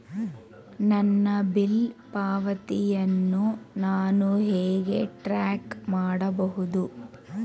ನನ್ನ ಬಿಲ್ ಪಾವತಿಯನ್ನು ನಾನು ಹೇಗೆ ಟ್ರ್ಯಾಕ್ ಮಾಡಬಹುದು?